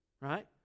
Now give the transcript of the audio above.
right